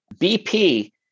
BP